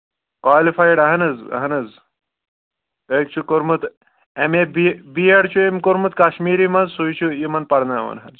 qualified اہن حظ اہن حظ أکۍ چھُ کوٚرمُت M A B B Ed چھُ أمۍ کوٚرمُت کَشمیٖری منٛز سُے چھُ یِمَن پرناوان حظ